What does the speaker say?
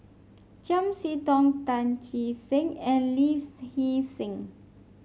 Chiam See Tong Tan Che Sang and Lee Hee Seng